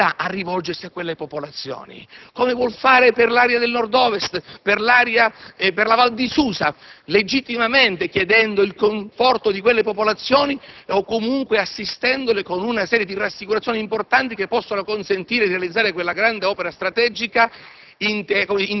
con un atto di umiltà, a rivolgersi a quelle popolazioni. Come vuol fare per l'area del Nord-Ovest, per la Val di Susa, legittimamente, chiedendo il conforto di quelle popolazioni o, comunque, assistendole con una serie di rassicurazioni importanti che possono consentire di realizzare quella grande opera strategica